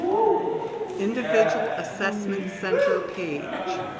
individual assessment center page.